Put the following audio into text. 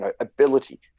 ability